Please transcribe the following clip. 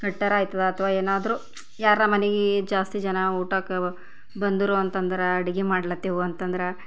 ಕಟ್ಟಾರ ಆಯ್ತದ ಅಥವಾ ಏನಾದರೂ ಯಾರ ಮನೆಗೆ ಜಾಸ್ತಿ ಜನ ಊಟಕ್ಕೆ ಬಂದರೂ ಅಂತಂದರೆ ಅಡುಗೆ ಮಾಡ್ಲಾತ್ತೀವಿ ಅಂತಂದ್ರೆ